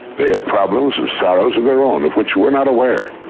they have problems and sorrows of their own, of which we're not aware,